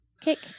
kick